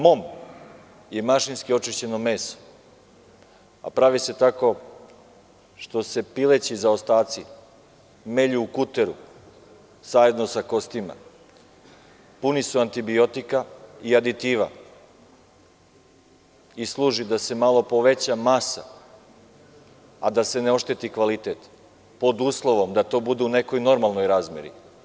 Mom“ je mašinski očišćeno meso, a pravi se tako što se pileći zaostaci melju u kuteru zajedno sa kostima, puni su antibiotika i aditiva, i služi da se malo poveća masa, a da se ne ošteti kvalitet, pod uslovom da to bude u nekoj normalnoj razmeri.